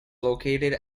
located